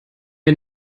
wir